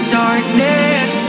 darkness